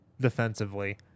defensively